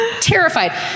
terrified